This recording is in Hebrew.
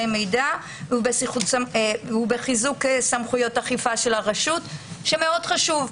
מידע ובחיזוק סמכויות אכיפה של הרשות שמאוד חשוב,